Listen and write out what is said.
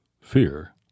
fear